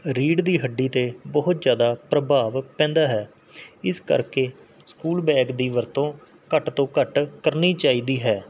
read ਦੀ ਹੱਡੀ 'ਤੇ ਬਹੁਤ ਜ਼ਿਆਦਾ ਪ੍ਰਭਾਵ ਪੈਂਦਾ ਹੈ ਇਸ ਕਰਕੇ ਸਕੂਲ ਬੈਗ ਦੀ ਵਰਤੋਂ ਘੱਟ ਤੋਂ ਘੱਟ ਕਰਨੀ ਚਾਹੀਦੀ ਹੈ